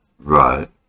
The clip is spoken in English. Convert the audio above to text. right